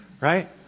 right